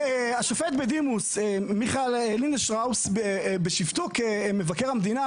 השופט בדימוס מיכה לינדנשטראוס בשבתו כמבקר המדינה